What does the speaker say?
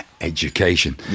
education